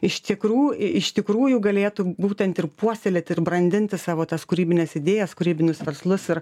iš tikrų iš tikrųjų galėtų būtent ir puoselėti ir brandinti savo tas kūrybines idėjas kūrybinius verslus ir